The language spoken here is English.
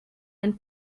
and